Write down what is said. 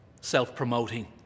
self-promoting